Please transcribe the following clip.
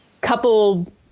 couple